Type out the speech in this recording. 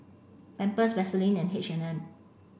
Pampers Vaseline and H and M